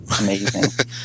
amazing